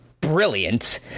brilliant